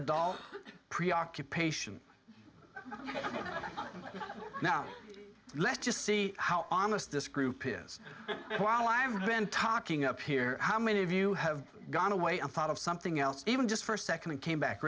dog preoccupation now let's just see how honest this group is while i've been talking up here how many of you have gone away and thought of something else even just first second and came back